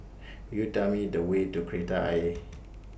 Could YOU Tell Me The Way to Kreta Ayer